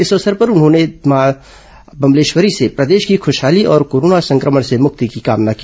इस अवसर पर उन्होंने देवी मां से प्रदेश की ख्रशहाली और कोरोना संक्रमण से मुक्ति की कामना की